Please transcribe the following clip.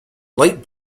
light